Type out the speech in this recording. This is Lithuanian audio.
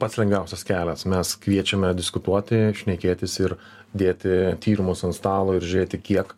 pats lengviausias kelias mes kviečiame diskutuoti šnekėtis ir dėti tyrimus ant stalo ir žiūrėti kiek